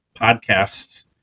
podcasts